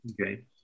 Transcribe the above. okay